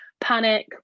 panic